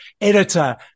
editor